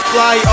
Fly